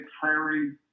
prairie